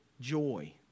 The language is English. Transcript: joy